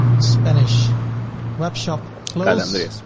spanish web shop clothes,